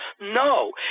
no